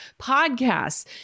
podcasts